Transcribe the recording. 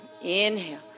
Inhale